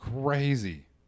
crazy